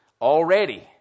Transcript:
Already